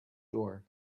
door